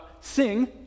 Sing